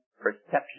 perception